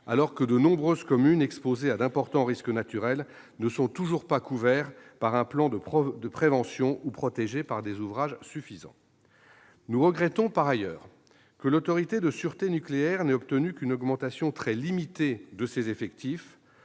alors que de nombreuses communes exposées à d'importants risques naturels ne sont toujours pas couvertes par un plan de prévention ou protégées par des ouvrages suffisants. Nous regrettons, par ailleurs, que l'Autorité de sûreté nucléaire n'ait obtenu qu'une augmentation très limitée de ses effectifs,